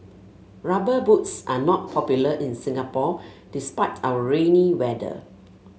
rubber boots are not popular in Singapore despite our rainy weather